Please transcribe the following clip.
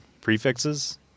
prefixes